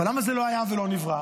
אבל למה זה לא היה ולא נברא?